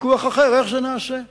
זה ויכוח אחר איך זה נעשה,